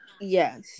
Yes